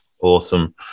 Awesome